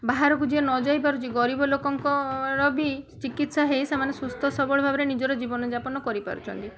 ବାହାରକୁ ଯିଏ ନ ଯାଇପାରୁଛି ଗରିବ ଲୋକଙ୍କର ବି ଚିକିତ୍ସା ହେଇ ସେମାନେ ସୁସ୍ଥ ସବଳ ଭାବରେ ସେମାନେ ନିଜର ଜୀବନଯାପନ କରି ପାରୁଛନ୍ତି